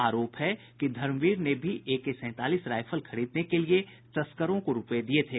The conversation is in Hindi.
आरोप है कि धर्मवीर ने भी एके सैंतालीस राइफल खरीदने के लिए तस्करों को रुपये दिये थे